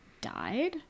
died